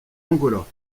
angola